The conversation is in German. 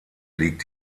liegt